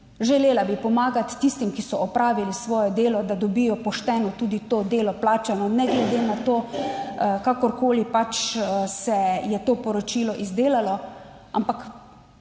Želela bi pomagati tistim, ki so opravili svoje delo, da dobijo pošteno tudi to delo plačano, ne glede na to, kakorkoli pač se je to poročilo izdelalo, ampak